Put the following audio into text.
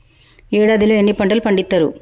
ఏడాదిలో ఎన్ని పంటలు పండిత్తరు?